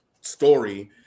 story